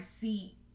see